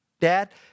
Dad